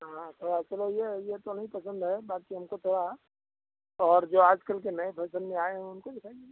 हाँ हाँ थोड़ा चलो ये ये तो नहीं पसंद है बाकी हमको थोड़ा और जो आज कल के नए फैसन में आए हैं उनको दिखाइए न